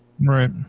Right